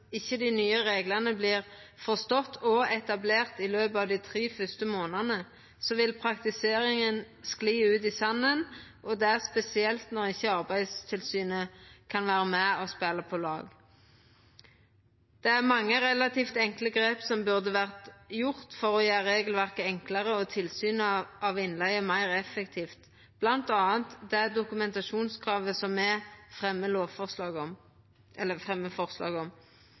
dei nye reglane ikkje vert forstått og etablerte i løpet av dei tre første månadene, vil praktiseringa skli ut i sanden, og det spesielt når Arbeidstilsynet ikkje kan vera med og spela på lag. Det er mange relativt enkle grep som burde ha vore gjorde for å gjera regelverket enklare og tilsynet av innleige meir effektivt, bl.a. det dokumentasjonskravet som me fremjar forslag om. Eg synest verkeleg ikkje det er for mykje å be om